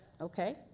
okay